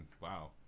wow